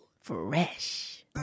Fresh